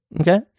Okay